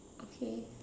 okay